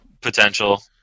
potential